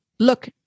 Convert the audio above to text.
Look